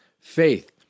Faith